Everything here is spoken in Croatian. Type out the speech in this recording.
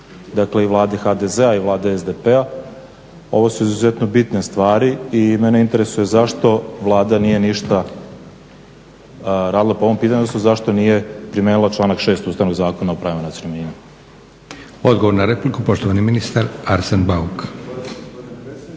Dakle i Vlade HDZ-a i Vlade SDP-a ovo su izuzetno bitne stvari i mene interesuje zašto Vlada nije ništa radila po ovom pitanju odnosno zašto nije primijenila članak 6 Ustavnog zakona o pravima nacionalnih